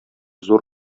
зур